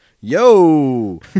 Yo